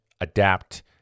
adapt